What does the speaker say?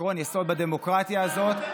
עקרון יסוד בדמוקרטיה הזאת,